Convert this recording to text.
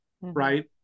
right